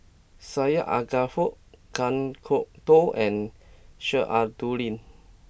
Syed Alsagoff Kan Kwok Toh and Sheik Alau'ddin